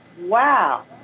wow